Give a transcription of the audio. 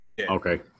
okay